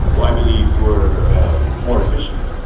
who i believed were more efficient.